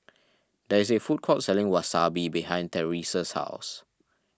there is a food court selling Wasabi behind Terese's house